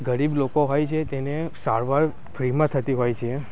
ગરીબ લોકો હોય છે તેને સારવાર ફ્રીમાં થતી હોય છે